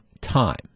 time